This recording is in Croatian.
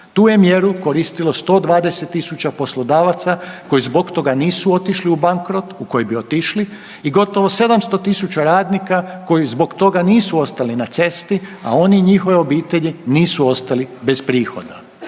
Tu je mjeru koristilo 120.000 poslodavaca koji zbog toga nisu otišli u bankrot u koji bi otišli i gotovo 700.000 radnika koji zbog toga nisu ostali na cesti, a oni i njihove obitelji nisu ostali bez prihoda.